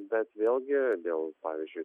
bet vėlgi dėl pavyzdžiui